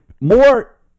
more